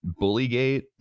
Bullygate